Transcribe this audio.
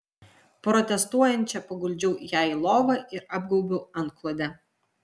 protestuojančią paguldžiau ją į lovą ir apgaubiau antklode